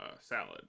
salad